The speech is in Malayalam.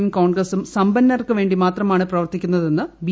യും കോൺഗ്രസ്സും സമ്പന്നർക്ക് വേണ്ടി ക് മ്യൂരുമാണ് പ്രവർത്തിക്കുന്ന തെന്ന് ബി